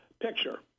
picture